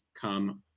come